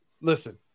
Listen